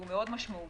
והוא מאוד משמעותי,